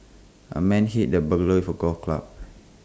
the man hit the burglar for golf club